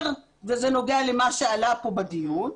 וזה נוגע למה שעלה כאן בדיון.